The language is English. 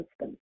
system